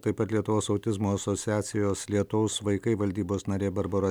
taip pat lietuvos autizmo asociacijos lietaus vaikai valdybos narė barbora